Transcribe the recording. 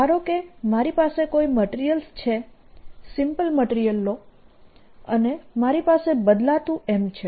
ધારો કે મારી પાસે કોઈ મટીરીયલ્સ છે સિમ્પલ મટીરીયલ્સ લો અને મારી પાસે બદલાતું M છે